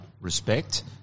respect